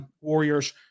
Warriors